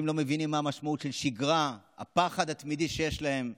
מה אתם חושבים שאני עושה כשקשה לי להירדם?